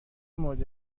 مورد